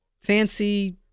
fancy